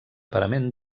parament